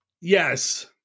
Yes